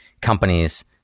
companies